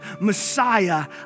Messiah